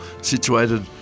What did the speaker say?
situated